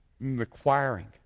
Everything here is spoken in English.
requiring